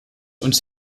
uns